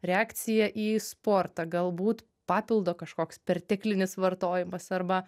reakcija į sportą galbūt papildo kažkoks perteklinis vartojimas arba